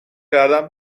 کردم